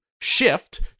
shift